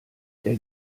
der